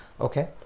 okay